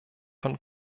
von